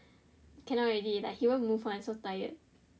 cannot already like he won't move [one] so tired